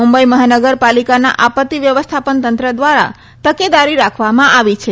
મુંબઈ મહાનગરપાલિકાના આપત્તિ વ્યવસ્થાપન તંત્ર દ્વારા તકેદારી રાખવામાં આવી છે